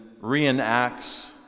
reenacts